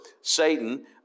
Satan